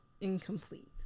incomplete